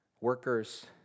Workers